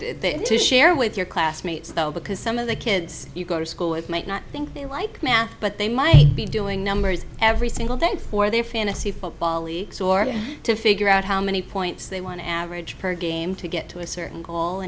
to share with your classmates though because some of the kids you go to school with might not think they like math but they might be doing numbers every single day for their fantasy football leagues or to figure out how many points they want to average per game to get to a certain